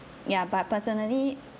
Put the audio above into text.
ya but personally